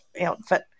outfit